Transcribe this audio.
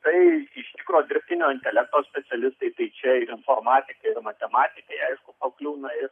tai iš tikro dirbtinio intelekto specialistai tai čia ir informatikai ir matematikai aišku pakliūna ir